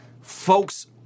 folks